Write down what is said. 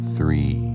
three